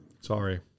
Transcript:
sorry